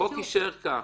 החוק יישאר כך.